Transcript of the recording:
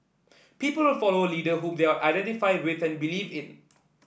people will follow a leader whom they identify with and believe in